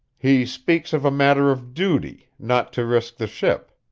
he speaks of a matter of duty, not to risk the ship.